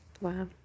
Wow